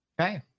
Okay